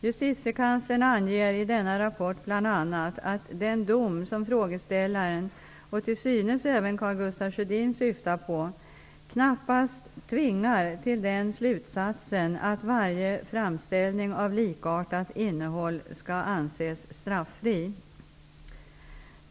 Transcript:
Justitiekanslern anger i denna rapport bl.a. att den dom, som frågeställaren och till synes även Karl Gustaf Sjödin syftar på, ''knappast tvingar till den slutsatsen att varje framställning av likartat innehåll skall anses straffri''.